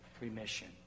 remission